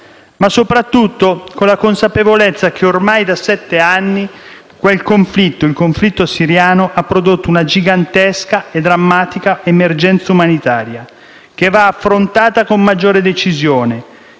ma soprattutto con la consapevolezza che, ormai da sette anni, il conflitto siriano ha prodotto una gigantesca e drammatica emergenza umanitaria che va affrontata con maggiore decisione.